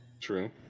true